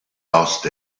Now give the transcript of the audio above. asked